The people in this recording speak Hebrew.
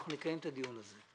אנחנו נקיים את הדיון הזה.